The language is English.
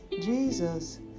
Jesus